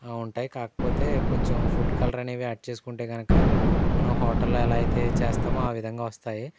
ఉంటాయి కాకపోతే కొంచెం ఫుడ్ కలర్ అనేవి యాడ్ చేసుకుంటే గనక మనం హోటల్లో ఎలా అయితే చేస్తామో ఆ విధంగా వస్తాయి